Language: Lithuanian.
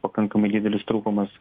pakankamai didelis trūkumas